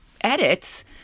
edits